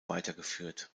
weitergeführt